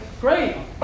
Great